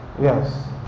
Yes